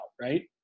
Right